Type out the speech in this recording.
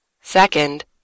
Second